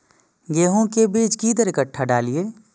गेंहू के बीज कि दर कट्ठा डालिए?